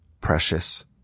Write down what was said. precious